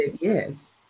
yes